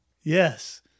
Yes